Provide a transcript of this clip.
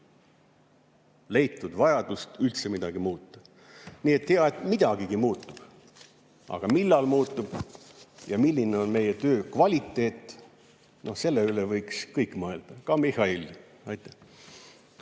leitud vajadust üldse midagi muuta. Nii et hea, et midagigi muutub. Aga millal muutub ja milline on meie töö kvaliteet, selle üle võiksid kõik mõelda, ka Mihhail. Aitäh!